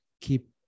keep